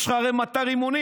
יש לך הרי מטע רימונים.